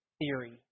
theory